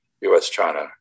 US-China